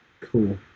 cool